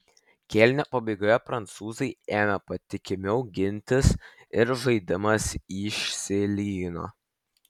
kėlinio pabaigoje prancūzai ėmė patikimiau gintis ir žaidimas išsilygino